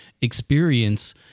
experience